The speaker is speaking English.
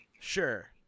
Sure